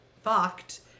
Fucked